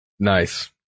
Nice